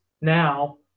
Now